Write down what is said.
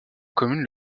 commune